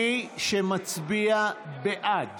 מי שמצביע בעד